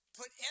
put